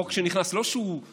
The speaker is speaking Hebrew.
החוק שנכנס, לא שהוא השתנה,